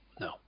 No